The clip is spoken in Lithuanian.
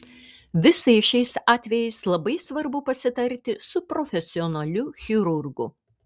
visais šiais atvejais labai svarbu pasitarti su profesionaliu chirurgu